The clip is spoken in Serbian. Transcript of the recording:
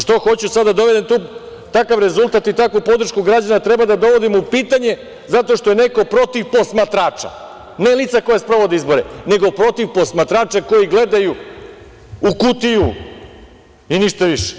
Što, hoću sada da dovedem tu, takav rezultat i takvu podršku građana da treba da dovodim u pitanje zato što je neko protiv posmatrača, ne lica koja sprovode izbore, nego protiv posmatrača koji gledaju u kutiju i ništa više.